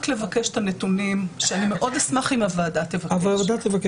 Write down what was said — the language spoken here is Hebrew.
רק לבקש את הנתונים שאני מאוד אשמח אם הוועדה תבקש.